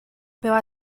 była